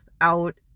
out